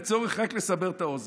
רק כדי לסבר האוזן,